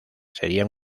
serían